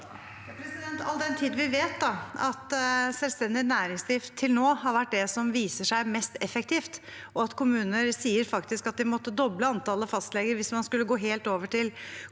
All den tid vi vet at selvstendig næringsdrift til nå har vært det som viser seg mest effektivt, og at kommuner faktisk sier at de ville måtte doble antallet fastleger hvis man skulle gå helt over til